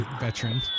veteran